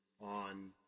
on